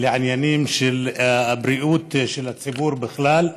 לעניינים של הבריאות של הציבור בכלל,